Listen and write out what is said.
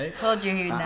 ah told you he